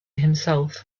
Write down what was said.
himself